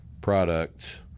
products